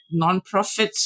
nonprofits